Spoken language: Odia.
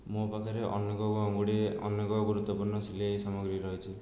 ମୋ ପାଖରେ ଅନେକ ଗୁଡ଼ିଏ ଅନେକ ଗୁରୁତ୍ୱପୂର୍ଣ୍ଣ ସିଲେଇ ସାମଗ୍ରୀ ରହିଛି